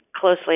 closely